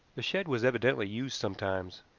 the shed was evidently used sometimes.